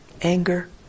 anger